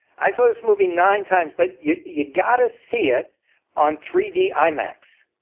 i saw this movie nine times but you've got to see it on three d imax.